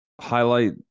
highlight